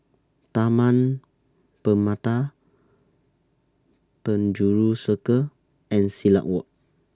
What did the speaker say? Taman Permata Penjuru Circle and Silat Walk